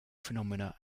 phenomena